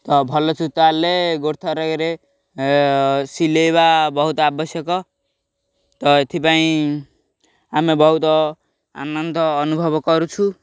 ତ ଭଲ ସୂତା ହେଲେ ଗୋଟ ଥରକରେ ସିଲେଇବା ବହୁତ ଆବଶ୍ୟକ ତ ଏଥିପାଇଁ ଆମେ ବହୁତ ଆନନ୍ଦ ଅନୁଭବ କରୁଛୁ